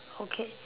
okay